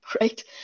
right